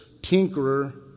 tinkerer